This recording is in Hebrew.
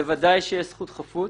בוודאי, יש זכות חפות.